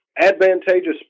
advantageous